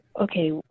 okay